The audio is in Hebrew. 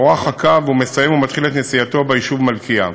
הוארך הקו, והוא מסיים ומתחיל ביישוב מלכיה.